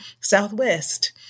Southwest